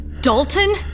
Dalton